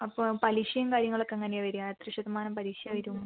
അപ്പോൾ പലിശയും കാര്യങ്ങളൊക്കെ എങ്ങനെയാണ് വരിക എത്ര ശതമാനം പലിശ വരും